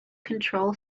control